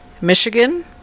Michigan